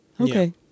Okay